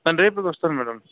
రేపే వస్తాను మేడం